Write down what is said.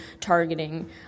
targeting